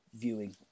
viewing